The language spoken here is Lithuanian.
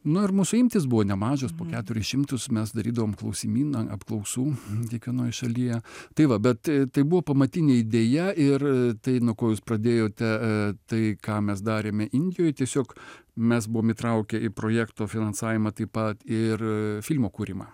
nu ir mūsų imtys buvo nemažos po keturis šimtus mes darydavom klausimyną apklausų kiekvienoj šalyje tai va bet tai buvo pamatinė idėja ir tai nuo ko jūs pradėjote tai ką mes darėme indijoj tiesiog mes buvom įtraukę į projekto finansavimą taip pat ir filmo kūrimą